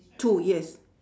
two yes